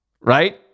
right